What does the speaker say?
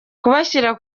kubashyira